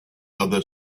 other